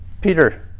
Peter